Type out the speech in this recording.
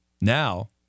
Now